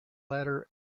letter